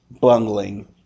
bungling